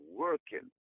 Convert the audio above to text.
working